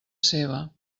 seva